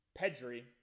Pedri